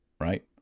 Right